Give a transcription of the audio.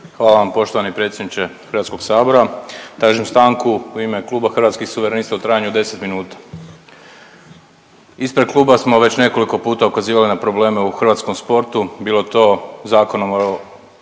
Hvala vam poštovani predsjedniče Hrvatskog sabora. Tražim stanku u ime kluba Hrvatskih suverenista u trajanju od 10 minuta. Ispred kluba smo već nekoliko puta ukazivali na probleme u hrvatskom sportu bilo to Zakonom